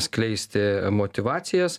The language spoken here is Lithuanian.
skleisti motyvacijas